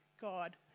God